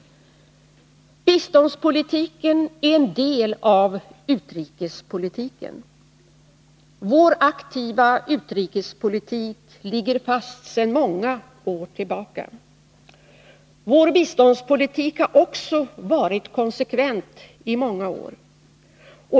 Biståndspolitiken är en del av utrikespolitiken. Vår aktiva utrikespolitik ligger fast sedan många år tillbaka. Vår biståndspolitik har också varit konsekvent i många år.